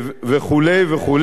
וכו' וכו'.